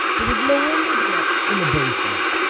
there was no windows in ah in the basement.